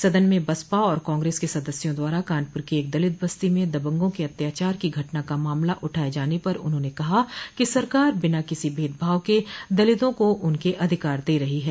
सदन में बसपा और कांग्रेस के सदस्यों द्वारा कानपुर की एक दलित बस्ती में दबंगों के अत्याचार की घटना का मामला उठाये जाने पर उन्होंने कहा कि सरकार बिना किसी भेदभाव के दलितों को उनके अधिकार दे रही है